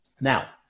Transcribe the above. Now